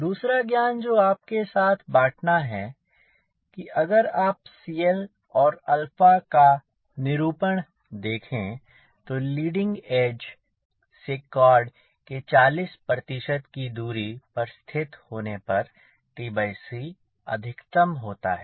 दूसरा ज्ञान जो आपके साथ बाँटना है कि अगर आप CL और का निरूपण देखें तो लीडिंग एज से कॉर्ड के 40 की दूरी पर स्थित होने पर अधिकतम होता है